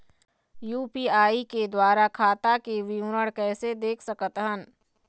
UPI के द्वारा खाता के विवरण कैसे देख सकत हन?